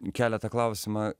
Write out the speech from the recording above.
kelia tą klausimą